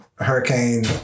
Hurricane